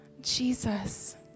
Jesus